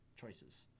choices